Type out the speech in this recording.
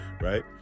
Right